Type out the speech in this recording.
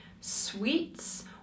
sweets